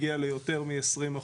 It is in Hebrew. הגיע ליותר מ-20%,